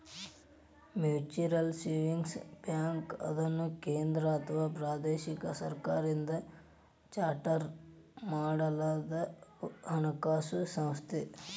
mutual savings ಬ್ಯಾಂಕ್ಅನ್ನುದು ಕೇಂದ್ರ ಅಥವಾ ಪ್ರಾದೇಶಿಕ ಸರ್ಕಾರದಿಂದ ಚಾರ್ಟರ್ ಮಾಡಲಾದಹಣಕಾಸು ಸಂಸ್ಥೆ